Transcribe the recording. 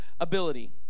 ability